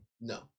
No